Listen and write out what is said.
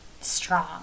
strong